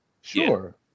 sure